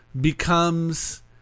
becomes